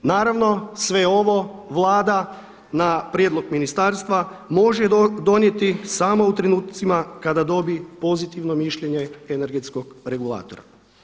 Naravno sve ovo Vlada na prijedlog ministarstva može donijeti samo u trenutcima kada dobi pozitivno mišljenje energetskog regulatora.